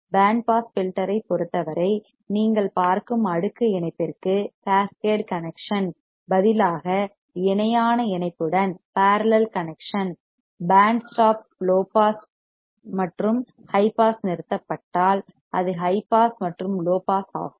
pant pass filter ஐப் பொறுத்தவரை நீங்கள் பார்க்கும் அடுக்கு இணைப்பிற்குப் கேஸ் கேட் கனெக்சன் பதிலாக இணையான இணைப்புடன் parallel connection band stop low pass மற்றும் ஹை பாஸ் நிறுத்தப்பட்டால் அது ஹை பாஸ் மற்றும் லோ பாஸ் ஆகும்